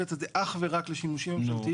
שמייעדת את זה אך ורק לשימושים ממשלתיים.